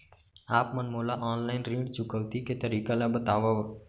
आप मन मोला ऑनलाइन ऋण चुकौती के तरीका ल बतावव?